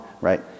right